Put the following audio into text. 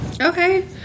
Okay